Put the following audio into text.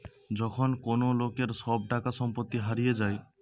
যখন কোন লোকের সব টাকা সম্পত্তি হারিয়ে যায়